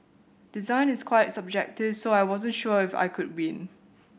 design is quite subjective so I wasn't sure if I could win